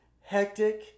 hectic